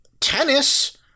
tennis